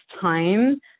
time